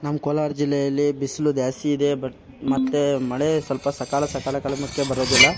ನಮ್ಮ ಕೋಲಾರ ಜಿಲ್ಲೆಯಲ್ಲಿ ಬಿಸಿಲು ಜಾಸ್ತಿ ಇದೆ ಬಟ್ ಮತ್ತು ಮಳೆ ಸ್ವಲ್ಪ ಸಕಾಲ ಸಕಾಲ ಬರೋದಿಲ್ಲ